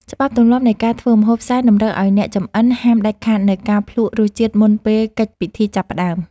ច្បាប់ទម្លាប់នៃការធ្វើម្ហូបសែនតម្រូវឱ្យអ្នកចម្អិនហាមដាច់ខាតនូវការភ្លក្សរសជាតិមុនពេលកិច្ចពិធីចាប់ផ្តើម។